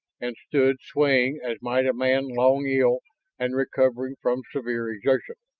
and stood swaying as might a man long ill and recovering from severe exertion.